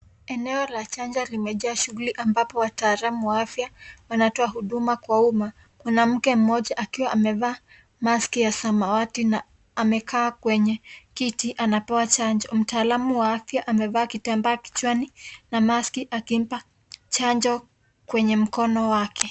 Eneo la chanjo limejaa shughuli ambapo wataalamu wa afya wanatoa huduma kwa umma. Mwanamke mmoja akiwa amevaa maski ya samawati na amekaa kwenye kiti anapewa chanjo. Mtaalamu wa afya amevaa kitambaa kichwani na maski akimpa chanjo kwenye mkono wake.